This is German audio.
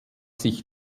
sich